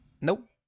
Nope